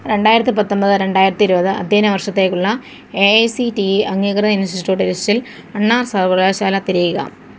രണ്ടായിരത്തി പത്തൊമ്പത് രണ്ടായിരത്തി ഇരുപത് അധ്യയന വർഷത്തേക്കുള്ള A I C T E അംഗീകൃത ഇൻസ്റ്റിറ്റ്യൂട്ട് ലിസ്റ്റിൽ അണ്ണാ സർവ്വകലാശാല തിരയുക